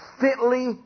fitly